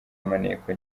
maneko